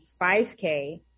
5K